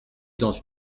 dans